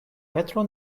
petro